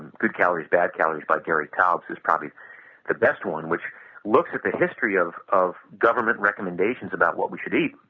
and good calories, bad calories by gary taubes is probably the best one which looks at the history of of government recommendations about what we should eat.